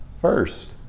First